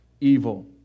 evil